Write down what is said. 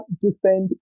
defend